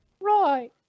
Right